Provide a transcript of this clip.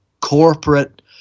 corporate